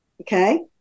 okay